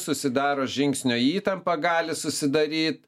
susidaro žingsnio įtampa gali susidaryt